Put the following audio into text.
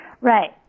Right